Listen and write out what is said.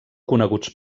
coneguts